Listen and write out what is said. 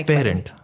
Parent